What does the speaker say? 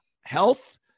health